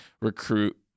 recruit